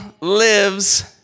lives